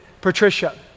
Patricia